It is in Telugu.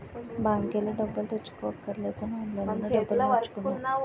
బాంకెల్లి డబ్బులు తెచ్చుకోవక్కర్లేదని ఆన్లైన్ లోనే డబ్బులు మార్చుకున్నాం